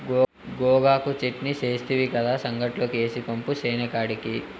గోగాకు చెట్నీ సేస్తివి కదా, సంగట్లోకి ఏసి పంపు సేనికాడికి